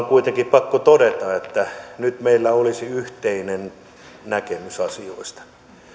kuitenkin pakko todeta että nyt meillä olisi yhteinen näkemys asioista